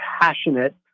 passionate